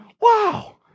wow